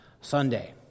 Sunday